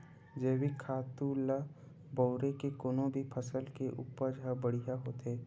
जइविक खातू ल बउरे ले कोनो भी फसल के उपज ह बड़िहा होथे